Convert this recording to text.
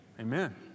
Amen